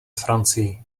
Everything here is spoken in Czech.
francii